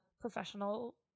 professional